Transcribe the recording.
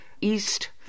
east